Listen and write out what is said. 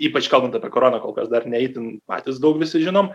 ypač kalbant apie koroną kol kas dar ne itin patys daug visi žinom